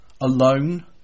alone